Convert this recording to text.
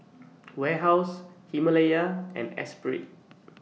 Warehouse Himalaya and Espirit